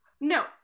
No